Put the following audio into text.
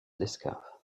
descaves